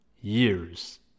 years